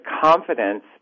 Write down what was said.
confidence